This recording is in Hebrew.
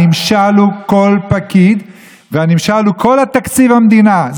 הנמשל הוא כל פקיד והנמשל הוא כל תקציב המדינה.